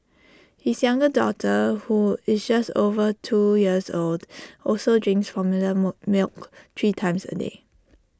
his younger daughter who is just over two years old also drinks formula milk three times A day